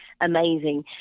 amazing